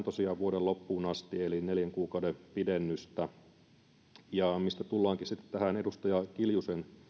tosiaan vuoden loppuun asti eli neljän kuukauden pidennystä mistä tullaankin sitten tähän edustaja kiljusen